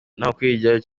ntawukuriryayo